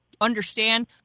understand